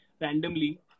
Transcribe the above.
randomly